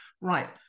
Right